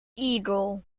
eagle